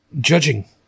judging